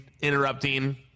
interrupting